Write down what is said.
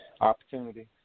opportunity